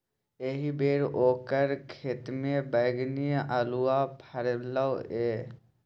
एहिबेर ओकर खेतमे बैगनी अल्हुआ फरलै ये